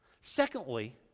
Secondly